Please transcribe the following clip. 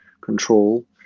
control